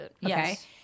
Yes